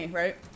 right